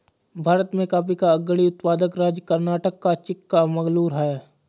भारत में कॉफी का अग्रणी उत्पादक राज्य कर्नाटक का चिक्कामगलूरू है